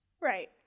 Right